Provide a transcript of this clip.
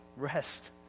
rest